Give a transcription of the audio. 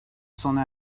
sona